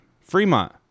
Fremont